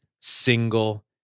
single